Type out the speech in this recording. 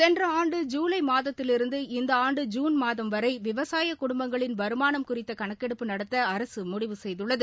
சென்ற ஆண்டு ஜூலை மாதத்திலிருந்து இந்த ஆண்டு ஜூன் மாதம் வரை விவசாய குடும்பங்களின் வருமானம் குறித்த கணக்கெடுப்பு நடத்த அரசு முடிவு செய்துள்ளது